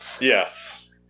Yes